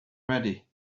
ready